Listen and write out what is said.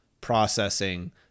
processing